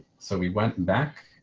so we went and back